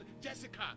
Jessica